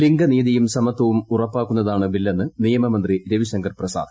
ലിംഗ നീതിയും സമത്വവും ഉറപ്പാക്കുന്നതാണ് ബില്ലെന്ന് നിയമമന്ത്രി രവിശങ്കർ പ്രസാദ്